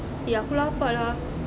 eh aku lapar lah